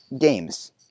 games